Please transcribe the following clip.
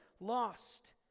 lost